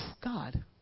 God